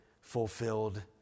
fulfilled